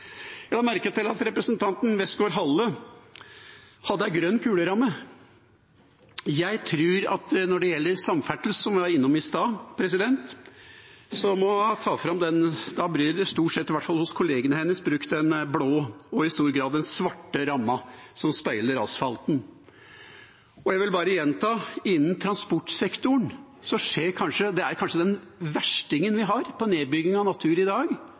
Jeg la merke til at representanten Westgaard-Halle hadde en grønn kuleramme. Jeg tror at når det gjelder samferdsel, som jeg var innom i stad, bruker iallfall kollegene hennes stort sett den blå og i stor grad den svarte ramma, som speiler asfalten. Jeg vil bare gjenta at innen transportsektoren har vi kanskje verstingen når det gjelder nedbygging av natur i dag, og det er den enorme motorveiutbyggingen. Husk at vi hos oss slår inn, etter håndbøkene våre, firefelts motorveier basert på